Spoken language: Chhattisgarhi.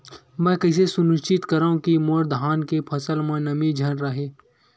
मैं कइसे सुनिश्चित करव कि मोर धान के फसल म नमी झन रहे?